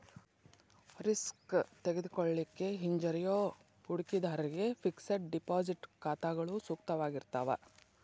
risk ತೆಗೆದುಕೊಳ್ಳಿಕ್ಕೆ ಹಿಂಜರಿಯೋ ಹೂಡಿಕಿದಾರ್ರಿಗೆ ಫಿಕ್ಸೆಡ್ ಡೆಪಾಸಿಟ್ ಖಾತಾಗಳು ಸೂಕ್ತವಾಗಿರ್ತಾವ